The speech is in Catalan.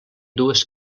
dues